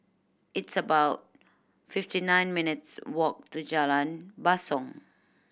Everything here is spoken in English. it's about fifty nine minutes walk to Jalan Basong